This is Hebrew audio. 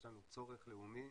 יש לנו צורך לאומי